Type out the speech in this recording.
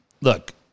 look